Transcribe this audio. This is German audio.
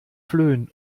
flöhen